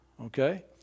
Okay